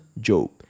Job